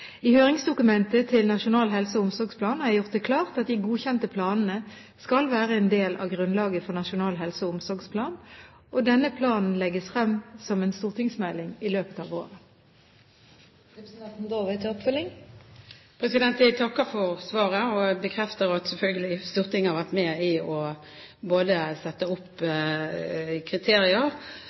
I høringsdokumentet til Nasjonal helse- og omsorgsplan har jeg gjort det klart at de godkjente planene skal være en del av grunnlaget til Nasjonal helse- og omsorgsplan. Denne planen legges frem som en stortingsmelding i løpet av våren. Jeg takker for svaret og bekrefter at Stortinget selvfølgelig har vært med på å sette opp kriterier,